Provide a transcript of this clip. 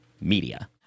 media